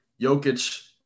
Jokic